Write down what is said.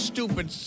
stupid